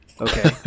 okay